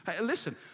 Listen